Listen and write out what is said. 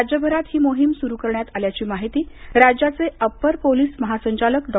राज्यभरात ही मोहीम सुरू करण्यात आल्याची माहिती राज्याचे अप्पर पोलिस महासंचालक डॉ